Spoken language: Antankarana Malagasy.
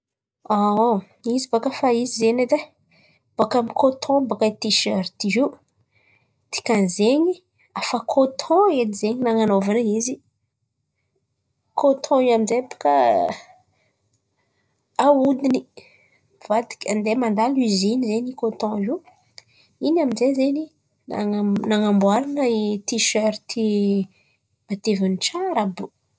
Izy baka fa izy zen̈y edy ai, bôka amy ny kôton baka tiserta io, dikan'zen̈y hafa kôton edy zen̈y nan̈anaovana izy. Kôton io amin'zay baka aodin̈y mivadiky, mandeha mandalo iozine zen̈y kôton io, in̈y amin'jay zen̈y nan̈amboarana i tiserta tsara àby io.